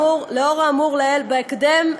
בהקדם.